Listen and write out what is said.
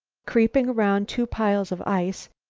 creeping around two piles of ice,